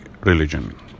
religion